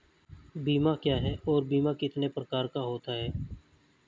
बीमा क्या है और बीमा कितने प्रकार का होता है?